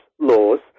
laws